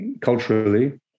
Culturally